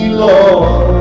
lord